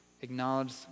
acknowledge